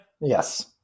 Yes